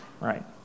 right